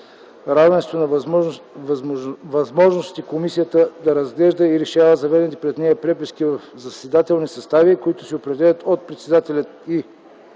равенство на възможностите комисията разглежда и решава заведените пред нея преписки в заседателни състави, които се определят от председателя